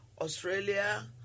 Australia